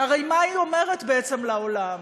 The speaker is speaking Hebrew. הרי מה היא אומרת בעצם לעולם?